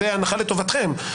זה הנחה לטובתכם,